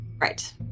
Right